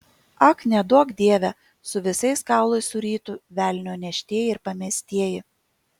ak neduok dieve su visais kaulais surytų velnio neštieji ir pamestieji